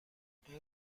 این